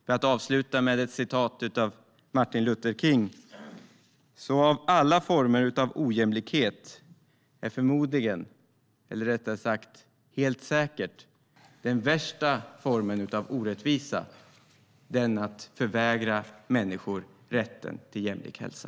För att avsluta med ett citat av Martin Luther King: Av alla former av ojämlikhet är förmodligen, eller rättare sagt helt säkert, den värsta formen av orättvisa den att förvägra människor rätten till jämlik hälsa.